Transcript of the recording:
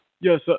Yes